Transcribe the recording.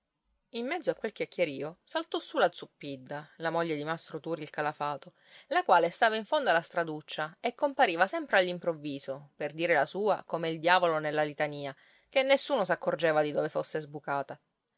in mezzo a quel chiacchierio saltò su la zuppidda la moglie di mastro turi il calafato la quale stava in fondo alla straduccia e compariva sempre all'improvviso per dire la sua come il diavolo nella litania ché nessuno s'accorgeva di dove fosse sbucata